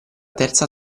terza